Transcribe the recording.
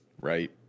right